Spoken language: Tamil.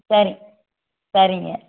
சரி சரிங்க